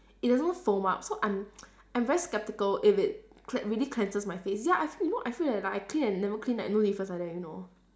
it doesn't foam up so I'm I'm very skeptical if it really cleanses my face ya I feel you know I feel that like I clean and never clean like no difference like that you know